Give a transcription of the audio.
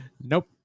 nope